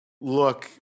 look –